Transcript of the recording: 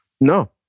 no